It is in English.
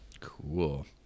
Cool